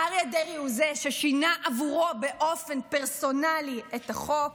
אריה דרעי הוא זה ששינה בעבורו באופן פרסונלי את החוק,